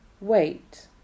Wait